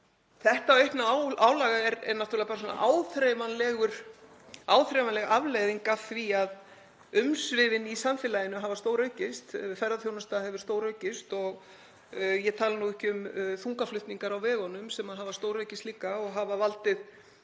Þetta aukna álag er náttúrlega bara áþreifanleg afleiðing af því að umsvifin í samfélaginu hafa stóraukist. Ferðaþjónusta hefur stóraukist og ég tala nú ekki um þungaflutninga á vegunum sem hafa stóraukist líka og hafa valdið